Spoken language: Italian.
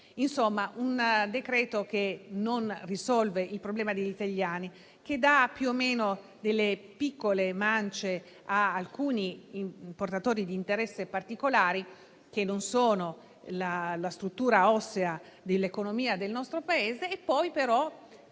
Insomma, il decreto al nostro esame non risolve i problemi degli italiani, dà mance più o meno piccole ad alcuni portatori di interessi particolari, che non sono la struttura ossea dell'economia del nostro Paese, e poi però